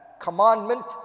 commandment